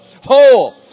Whole